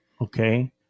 Okay